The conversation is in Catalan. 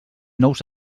nous